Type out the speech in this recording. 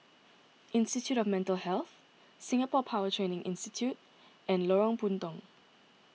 Institute of Mental Health Singapore Power Training Institute and Lorong Puntong